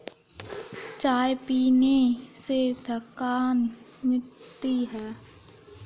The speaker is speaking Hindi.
चाय पीने से थकान मिटती है